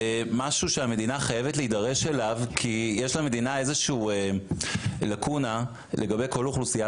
אני מצטרפת גם לקריאתו של ראש הממשלה כמובן להקפיד על כובע,